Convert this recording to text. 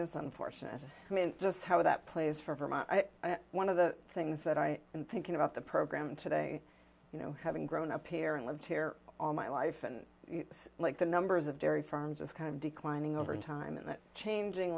is unfortunately just how that plays for vermont one of the things that i am thinking about the program today you know having grown up here and lived here all my life and like the numbers of dairy farms is kind of declining over time in that changing